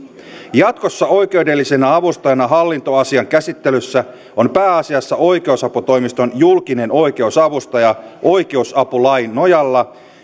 jatkossa oikeudellisena avustajana hallintoasian käsittelyssä on pääasiassa oikeusaputoimiston julkinen oikeusavustaja oikeusapulain nojalla